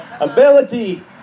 Ability